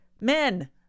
men